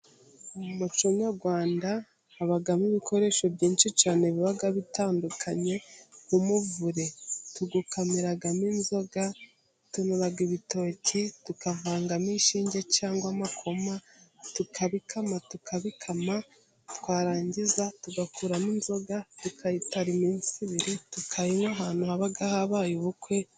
Mu muco nyarwanda habamo ibikoresho byinshi cyane bigiye bitandukanye, umuvure tuwukamira n'inzoga, tunoba ibitoki tukavangamo inshinge cyangwa amakoma, tukabikama tukabikama, twarangiza tugakuramo inzoga tukayitara iminsi ibiri tukayinywa, ahantu haba habaye ubukwe.